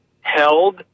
held